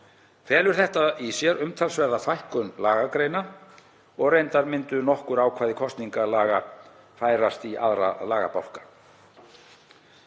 Felur þetta í sér umtalsverða fækkun lagagreina og reyndar myndu nokkur ákvæði kosningalaga færast í aðra lagabálka.